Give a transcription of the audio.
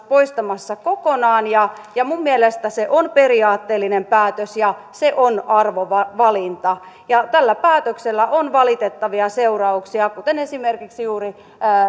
poistamassa kokonaan ja ja minun mielestäni se on periaatteellinen päätös ja se on arvovalinta tällä päätöksellä on valitettavia seurauksia kuten esimerkiksi juuri